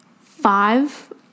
five